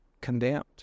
condemned